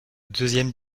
deuxième